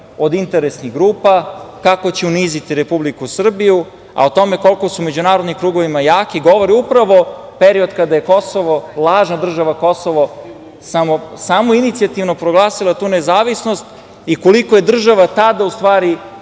od interesnih grupa kako će uniziti Republiku Srbiju, a o tome koliko su u međunarodnim krugovima jaki govori upravo period kada je Kosovo, lažna država Kosovo samoinicijativno proglasila tu nezavisnost i koliko je država tada u stvari